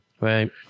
right